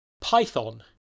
Python